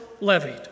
levied